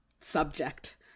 subject